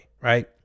right